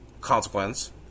consequence